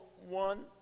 one